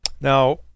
Now